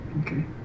Okay